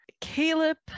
Caleb